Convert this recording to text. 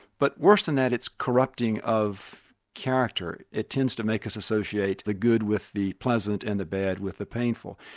but worse than that, it's corrupting of character. it tends to make us associate the good with the pleasant and the bad with the painful.